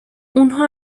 اونها